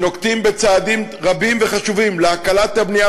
שנוקטים צעדים רבים וחשובים להקלת הבנייה